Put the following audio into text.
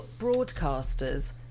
broadcasters